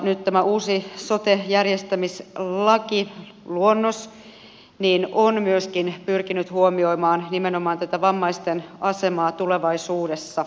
nyt tämä uusi sote järjestämislakiluonnos on myöskin pyrkinyt huomioimaan nimenomaan tätä vammaisten asemaa tulevaisuudessa